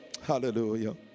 Hallelujah